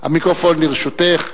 המיקרופון לרשותך.